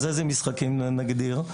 אז איזה משחקים נגדיר?